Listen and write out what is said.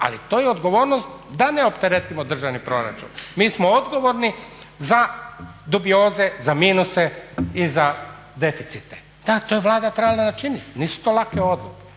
ali to je odgovornost da ne opteretimo državni proračun. Mi smo odgovorni za dubioze, za minuse i za deficite. Da, to je Vlada trebala načiniti, nisu to lake odluke,